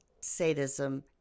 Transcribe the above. sadism